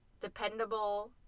dependable